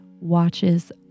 watches